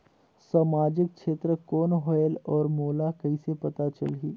समाजिक क्षेत्र कौन होएल? और मोला कइसे पता चलही?